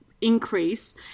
increase